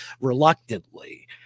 Reluctantly